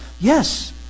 yes